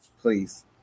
Please